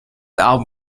album